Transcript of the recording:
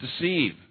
deceive